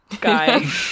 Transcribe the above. guy